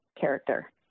character